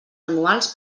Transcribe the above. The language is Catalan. anuals